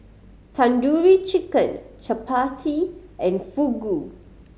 Tandoori Chicken Chapati and Fugu